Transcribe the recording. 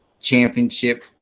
Championship